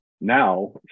now